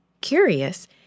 Curious